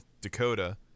Dakota